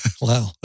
Wow